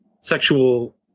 sexual